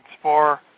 spore